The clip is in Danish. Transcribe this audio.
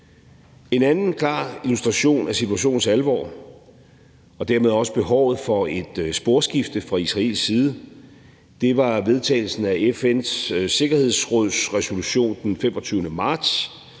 En anden klar illustration af situationens alvor og dermed også af behovet for et sporskifte fra israelsk side var vedtagelsen af FN's Sikkerhedsråds resolution den 25. marts,